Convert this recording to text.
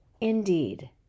indeed